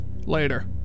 Later